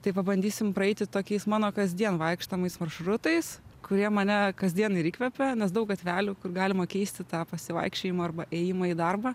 tai pabandysim praeiti tokiais mano kasdien vaikštomais maršrutais kurie mane kasdien ir įkvepia nes daug gatvelių kur galima keisti tą pasivaikščiojimą arba ėjimą į darbą